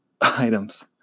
items